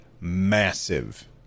massive